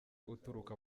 uturuka